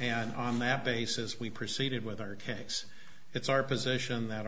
and on that basis we proceeded with our case it's our position that